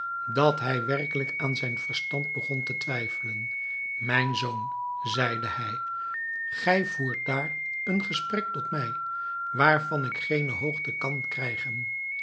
dat hij werkelijk aan zijn verstand begon te twijfelen mijn zoon zeide hij gij voert daar een gesprek tot mij waarvan ik geene hoogte kan krijgen